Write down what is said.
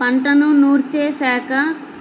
పంటను నూర్చేశాక